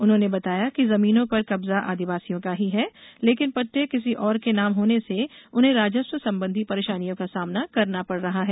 उन्होंने बताया कि जमीनों पर कब्जा आदिवासियों का ही है लेकिन पट्टे किसी और के नाम होने से उन्हें राजस्व संबंधी परेशानियों का सामना करना पड़ रहा है